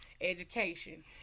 education